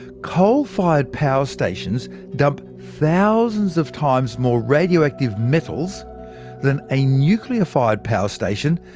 ah coal-fired power stations dump thousands of times more radioactive metals than a nuclear-fired power station,